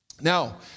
Now